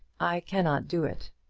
i cannot do it.